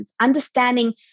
understanding